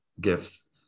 gifts